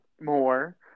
More